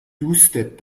دوستت